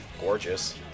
gorgeous